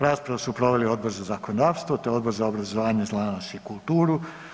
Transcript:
Raspravu su proveli Odbor za zakonodavstvo te Odbor za obrazovanje, znanost i kulturu.